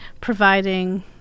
providing